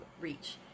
reach